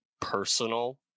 personal